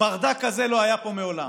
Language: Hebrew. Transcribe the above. ברדק כזה לא היה פה מעולם.